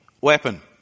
weapon